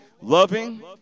loving